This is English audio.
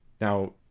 Now